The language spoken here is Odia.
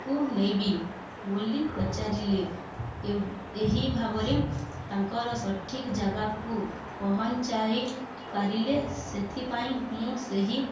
କୁ ନେବି ବୋଲି ପଚାରିଲି ଏହି ଭାବରେ ତାଙ୍କର ସଠିକ୍ ଜାଗାକୁ ପହଞ୍ଚାଇ ପାରିଲେ ସେଥିପାଇଁ ମୁଁ ସେହି